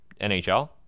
NHL